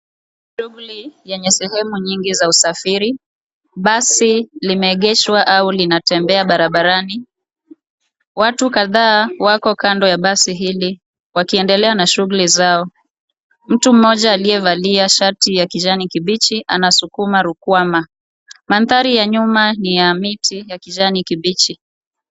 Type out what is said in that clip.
Shughuli yenye sehemu nyingi za usafiri , basi limeegeshwa au linatembea barabarani. Watu kadhaa wako kando ya basi hili wakiendelea na shughuli zao. Mtu mmoja aliyevalia shati ya kijani kibichi anasukuma rukwama. Mandhari ya nyuma ni ya miti ya kijani kibichi.